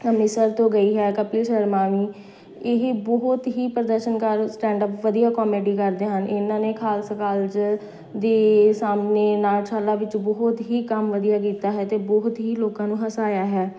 ਅੰਮ੍ਰਿਤਸਰ ਤੋਂ ਗਈ ਹੈ ਕਪਿਲ ਸ਼ਰਮਾ ਵੀ ਇਹ ਬਹੁਤ ਹੀ ਪ੍ਰਦਰਸ਼ਨਕਾਰ ਸਟੈਂਡਅਪ ਵਧੀਆ ਕੋਮੇਡੀ ਕਰਦੇ ਹਨ ਇਹਨਾਂ ਨੇ ਖਾਲਸਾ ਕਾਲਜ ਦੇ ਸਾਹਮਣੇ ਨਾਟਸ਼ਾਲਾ ਵਿੱਚ ਬਹੁਤ ਹੀ ਕੰਮ ਵਧੀਆ ਕੀਤਾ ਹੈ ਅਤੇ ਬਹੁਤ ਹੀ ਲੋਕਾਂ ਨੂੰ ਹਸਾਇਆ ਹੈ